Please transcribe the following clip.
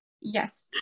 Yes